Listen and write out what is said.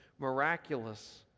miraculous